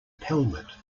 pelmet